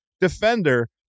defender